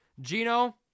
Gino